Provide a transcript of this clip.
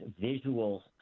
visual